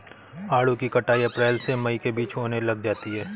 आड़ू की कटाई अप्रैल से मई के बीच होने लग जाती है